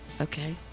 Okay